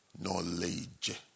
knowledge